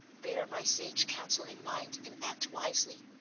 bear my sage counsel in mind and act wisely.